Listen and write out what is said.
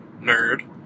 nerd